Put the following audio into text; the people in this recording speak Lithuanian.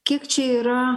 kiek čia yra